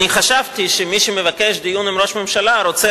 רק אני חשבתי שמי שמבקש דיון עם ראש ממשלה רוצה